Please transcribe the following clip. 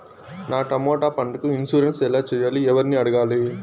నా టమోటా పంటకు ఇన్సూరెన్సు ఎలా చెయ్యాలి? ఎవర్ని అడగాలి?